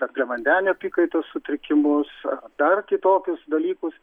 angliavandenių apykaitos sutrikimus ar dar kitokius dalykus